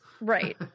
Right